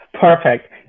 Perfect